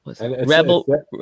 Rebel